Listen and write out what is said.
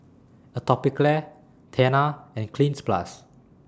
Atopiclair Tena and Cleanz Plus